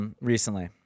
recently